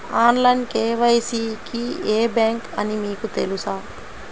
Online KYC కి ఏ bank అని మీకు తెలుసా?